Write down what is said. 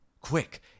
Quick